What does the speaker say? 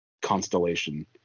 constellation